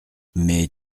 mais